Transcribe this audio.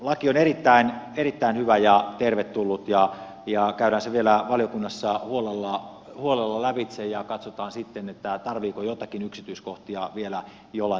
laki on erittäin hyvä ja tervetullut ja käydään se vielä valiokunnassa huolella lävitse ja katsotaan sitten tarvitseeko joitakin yksityiskohtia vielä jollain tavoin arvioida